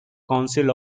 council